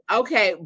okay